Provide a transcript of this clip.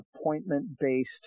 appointment-based